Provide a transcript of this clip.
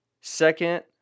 second